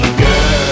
girl